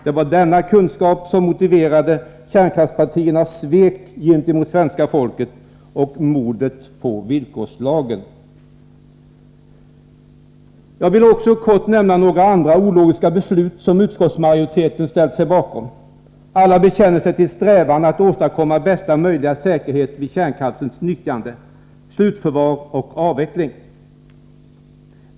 Det var denna kunskap som motiverade kärnkraftspartiernas svek gentemot svenska folket och mordet på villkorslagen. Jag vill också kort nämna några andra ologiska beslut som utskottsmajoriteten ställt sig bakom. Alla bekänner sig till strävan att åstadkomma bästa möjliga säkerhet vid kärnkraftens nyttjande, slutförvaring och avveckling.